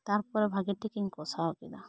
ᱛᱟᱨᱯᱚᱨᱮ ᱵᱷᱟᱹᱜᱤ ᱴᱷᱤᱠᱤᱧ ᱠᱚᱥᱟᱣ ᱠᱮᱫᱟ